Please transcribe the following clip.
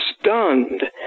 stunned